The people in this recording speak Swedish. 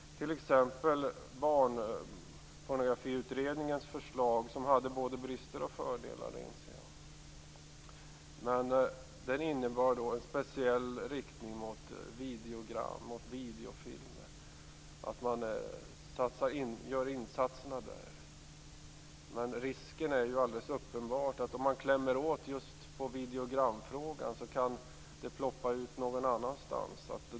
Barnpornografiutredningens förslag hade både brister och fördelar. Det förslaget innebar att insatserna skulle riktas mot videogram och videofilmer. Men risken är att om just videogram kläms åt ploppar det fram någonting någon annanstans.